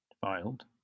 Filed